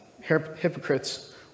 hypocrites